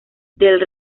del